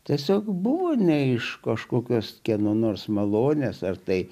tiesiog buvo ne iš kažkokios kieno nors malonės ar tai